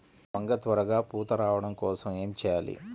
వంగ త్వరగా పూత రావడం కోసం ఏమి చెయ్యాలి?